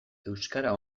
euskara